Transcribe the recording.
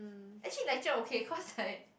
actually lecture okay cause like